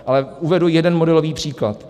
Ale uvedu jeden modelový příklad.